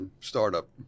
startup